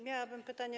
Miałabym pytanie.